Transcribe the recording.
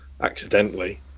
accidentally